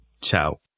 Ciao